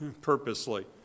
purposely